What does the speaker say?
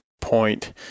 point